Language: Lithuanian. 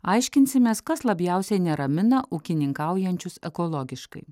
aiškinsimės kas labiausiai neramina ūkininkaujančiuosius ekologiškai